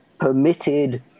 permitted